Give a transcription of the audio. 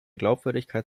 glaubwürdigkeit